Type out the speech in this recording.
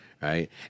right